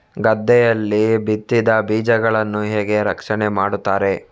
ಗದ್ದೆಯಲ್ಲಿ ಬಿತ್ತಿದ ಬೀಜಗಳನ್ನು ಹೇಗೆ ರಕ್ಷಣೆ ಮಾಡುತ್ತಾರೆ?